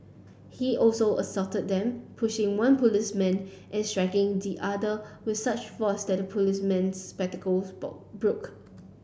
he also assaulted them pushing one policeman and striking the other with such force that the policeman's spectacles boll broke